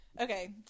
Okay